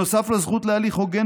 נוסף לזכות להליך הוגן,